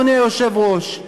אדוני היושב-ראש,